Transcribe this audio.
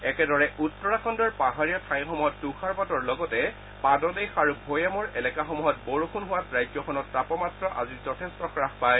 একেদৰে উত্তৰাখণ্ডৰ পাহাৰীয়া ঠাইসমূহত তুষাৰপাতৰ লগতে পাদদেশ আৰু ভৈয়ামৰ এলেকাসমূহত বৰষুণ হোৱাত ৰাজ্যখনত তাপমাত্ৰা আজি যথেট্ট হ্ৰাস পায়